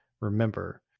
remember